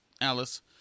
alice